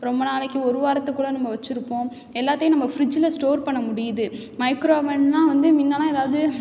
ரொம்ப நாளைக்கு ஒரு வாரத்துக்குக் கூட நம்ம வெச்சுருப்போம் எல்லாத்தையும் நம்ம ஃப்ரிட்ஜில் ஸ்டோர் பண்ண முடியுது மைக்ரோஓவன்லாம் வந்து முன்னலாம் ஏதாவது